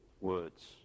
words